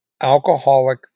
alcoholic